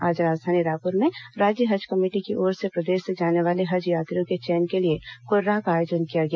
आज राजधानी रायपुर में राज्य हज कमेटी की ओर से प्रदेश से जाने वाले हज यात्रियों के चयन के लिए कर्राह का आयोजन किया गया